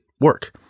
work